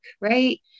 right